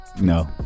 No